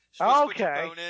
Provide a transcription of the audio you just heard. okay